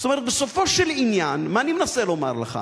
זאת אומרת, בסופו של עניין, מה אני מנסה לומר לך: